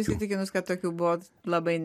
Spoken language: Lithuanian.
įsitikinus kad tokių buvo labai